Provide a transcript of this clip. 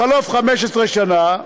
בחלוף 15 שנה,